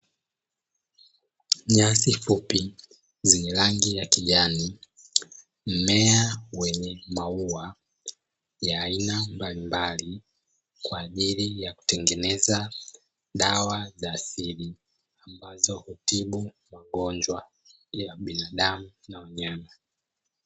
Nyasi fupi zenye rangi ya kijani, mmea wenye maua ya aina mbalimbali kwa ajili ya kutengeneza dawa za asili, ambazo hutibu magonjwa ya binadamu na wanyama.